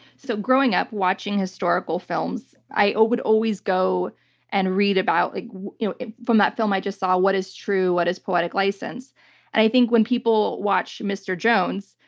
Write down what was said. so growing up watching historical films, i would always go and read about like you know from that film i just saw what is true, what is poetic license? and i think when people watch mr. jones,